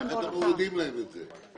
את רק מנהלת את זה.